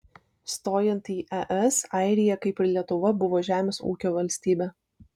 stojant į es airija kaip ir lietuva buvo žemės ūkio valstybė